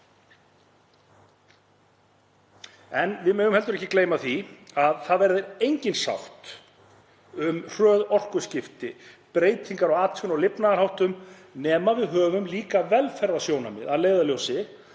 En við megum heldur ekki gleyma því að það engin sátt verður um hröð orkuskipti og breytingar á atvinnu- og lifnaðarháttum nema við höfum líka velferðarsjónarmið að leiðarljósi